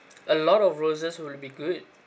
a lot of roses will be good